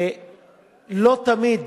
לא תמיד